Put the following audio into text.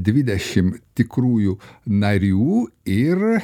dvidešimt tikrųjų narių ir